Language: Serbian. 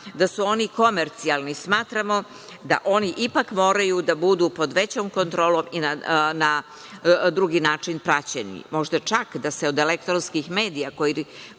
da su oni komercijalni smatramo da oni ipak moraju da budu pod većom kontrolom i na drugi način praćeni, možda čak da se od elektronskih medija koji